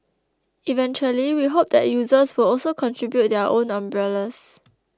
eventually we hope that users will also contribute their own umbrellas